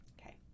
Okay